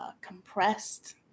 compressed